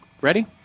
Ready